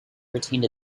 retained